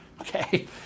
okay